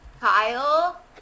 Kyle